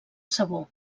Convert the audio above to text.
sabó